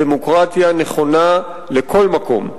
הדמוקרטיה נכונה לכל מקום,